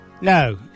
No